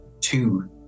two